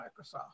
Microsoft